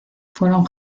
fueron